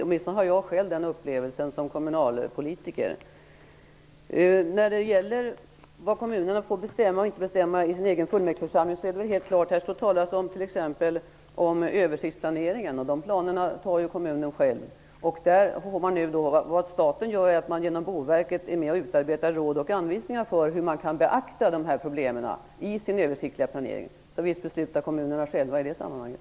Åtminstone har jag upplevt det så när jag har varit kommunalpolitiker. Vidare var det frågan om vad kommuner får och inte får bestämma i den egna fullmäktigeförsamlingen. Här nämns t.ex. översiktsplaneringen. De planerna fattar kommunera själva beslut om. Staten, genom Boverket, utarbetar råd och anvisningar för hur problemen skall beaktas i den översiktliga planeringen. Visst beslutar kommunerna själva i det sammanhanget.